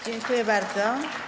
Dziękuję bardzo.